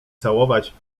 całować